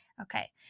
Okay